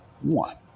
One